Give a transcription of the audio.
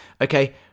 okay